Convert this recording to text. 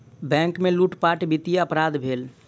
bank में लूटपाट वित्तीय अपराध भेल